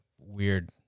weird